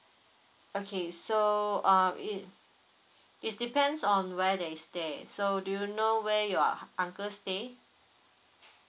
okay so uh it it's depends on where they stay so do you know where your uncle stay